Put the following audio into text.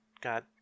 got